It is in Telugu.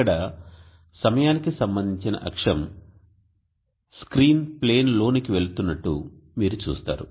ఇక్కడ సమయానికి సంబంధించిన అక్షం స్క్రీన్ ప్లేన్లోనికి వెళ్తున్నట్లు మీరు చూస్తారు